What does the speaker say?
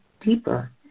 deeper